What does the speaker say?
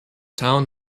town